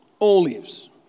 Olives